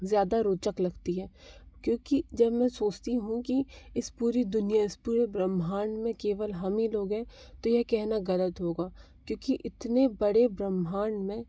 ज़्यादा रोचक लगती है क्योंकि जब मैं सोचती हूँ कि इस पूरी दुनिया इस पूरे ब्रह्मांड में केवल हम ही लोग हैं तो यह कहना गलत होगा क्योंकि इतने बड़े ब्रह्मांड में